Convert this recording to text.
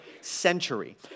century